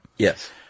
Yes